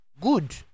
good